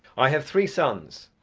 i have three sons,